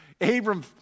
Abram